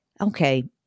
okay